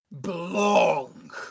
belong